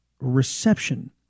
Reception